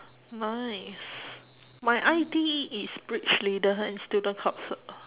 nice my I_D is bridge leader and student comfort